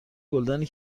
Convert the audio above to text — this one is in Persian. گلدانی